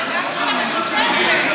תעלה לסכם.